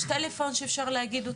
יש מספר טלפון שאפשר להגיד?